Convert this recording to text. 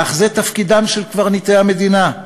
אך זה תפקידם של קברניטי המדינה,